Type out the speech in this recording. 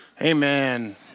Amen